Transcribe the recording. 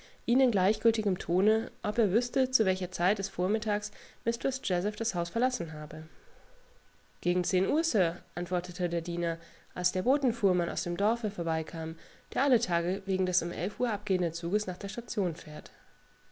ihn in gleichgültigem tone ob er wüßte zu welcher zeit des vormittags mistreß jazeph das hausverlassenhabe gegenzehnuhr sir antwortetederdiener alsderbotenfuhrmannausdemdorfe vorbeikam der alle tage wegen des um elf uhr abgehenden zuges nach der station fährt